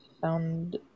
found